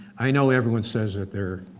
i know everyone says that they're